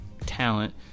talent